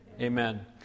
Amen